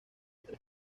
tres